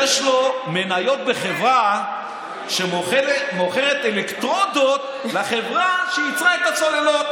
יש לו מניות בחברה שמוכרת אלקטרודות לחברה שייצרה את הצוללות,